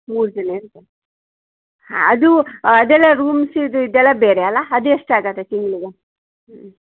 ಮೂರು ಜನ ಇರುತ್ತೆ ಹಾಂ ಅದು ಅದೆಲ್ಲ ರೂಮ್ಸಿದ್ದು ಇದೆಲ್ಲ ಬೇರೆ ಅಲ್ಲಾ ಅದು ಎಷ್ಟಾಗತ್ತೆ ತಿಂಗಳಿಗೆ ಹ್ಞೂ